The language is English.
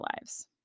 lives